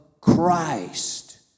Christ